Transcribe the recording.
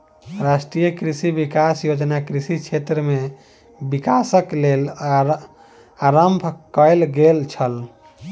राष्ट्रीय कृषि विकास योजना कृषि क्षेत्र में विकासक लेल आरम्भ कयल गेल छल